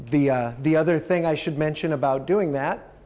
e the other thing i should mention about doing that